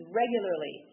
regularly